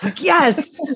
Yes